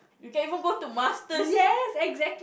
you can even go to masters